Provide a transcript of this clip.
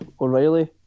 O'Reilly